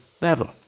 level